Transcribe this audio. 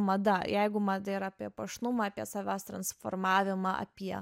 mada jeigu mada yra apie puošnumą apie savęs transformavimą apie